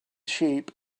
sheep